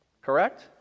correct